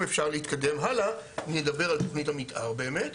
אם אפשר להתקדם הלאה, נדבר על תוכנית המתאר באמת.